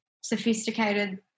sophisticated